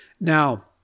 Now